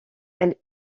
elle